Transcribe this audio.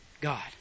God